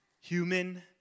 human